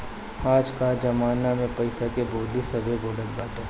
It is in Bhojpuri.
आज कअ जमाना में पईसा के बोली सभे बोलत बाटे